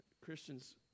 Christians